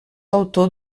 autor